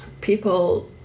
people